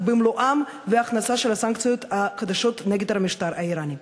במלואן וההכנסה של הסנקציות החדשות נגד המשטר האיראני.